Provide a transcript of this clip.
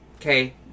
okay